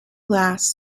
lasts